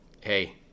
hey